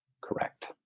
correct